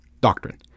Doctrine